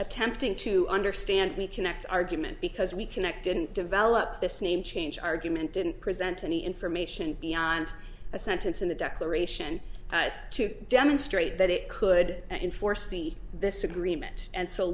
attempting to understand me connect argument because we connect didn't develop this name change argument didn't present any information beyond a sentence in the declaration to demonstrate that it could enforce this agreement and so